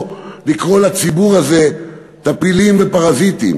לקרוא לציבור הזה טפילים ופרזיטים,